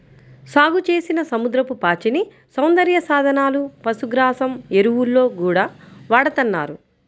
సాగుచేసిన సముద్రపు పాచిని సౌందర్య సాధనాలు, పశుగ్రాసం, ఎరువుల్లో గూడా వాడతన్నారు